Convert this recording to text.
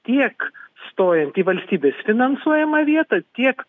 tiek stojant į valstybės finansuojamą vietą tiek